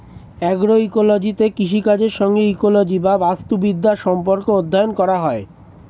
অ্যাগ্রোইকোলজিতে কৃষিকাজের সঙ্গে ইকোলজি বা বাস্তুবিদ্যার সম্পর্ক অধ্যয়ন করা হয়